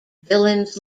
villains